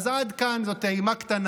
אז עד כאן זו טעימה קטנה.